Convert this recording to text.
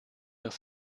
auf